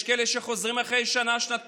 ויש כאלה שחוזרים אחרי שנה-שנתיים.